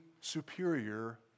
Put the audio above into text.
superior